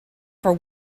for